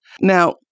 Now